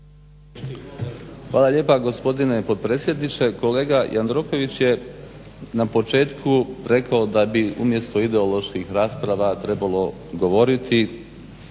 Hvala lijepa gospodine potpredsjedniče. Kolega Jandroković je na početku rekao da bi umjesto ideoloških rasprava trebalo govoriti,